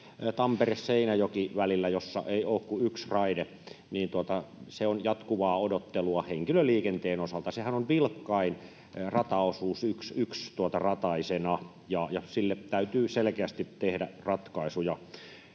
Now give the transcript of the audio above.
Tampere—Seinäjoki-välillä, missä ei ole kuin yksi raide ja se on jatkuvaa odottelua henkilöliikenteen osalta. Sehän on vilkkain rataosuus yksiraiteisena, ja siinä täytyy selkeästi tehdä ratkaisuja.